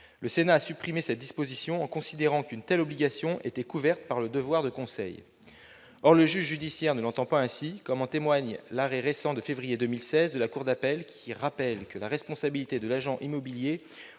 Le Sénat a supprimé cette disposition en considérant qu'elle était couverte par ce même devoir de conseil. Or le juge judiciaire ne l'entend pas ainsi, comme en témoigne l'arrêt du 10 février 2016 de la cour d'appel de Bastia, qui rappelle que « la responsabilité de l'agent immobilier